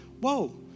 whoa